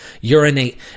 urinate